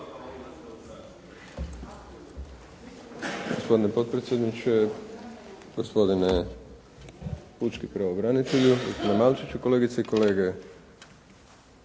Hvala vam